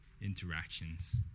interactions